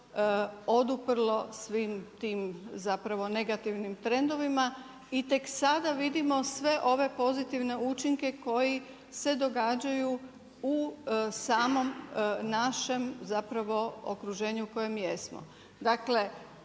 oduprlo svim tim zapravo negativnim trendovima. I tek sada vidimo sve ove pozitivne učinke koji se događaju u samom našem, zapravo okruženju u kojem jesmo.